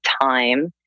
time